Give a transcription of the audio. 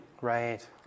Right